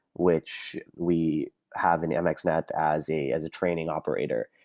which we have in yeah mxnet as a as a training operator,